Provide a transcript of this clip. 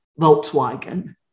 Volkswagen